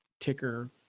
ticker